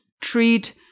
treat